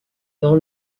dans